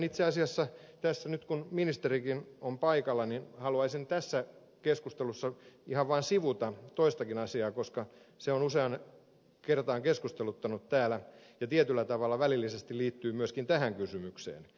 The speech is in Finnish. itse asiassa tässä nyt kun ministerikin on paikalla haluaisin tässä keskustelussa ihan vaan sivuta toistakin asiaa koska se on useaan kertaan keskusteluttanut täällä ja tietyllä tavalla välillisesti liittyy myöskin tähän kysymykseen